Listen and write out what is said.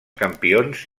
campions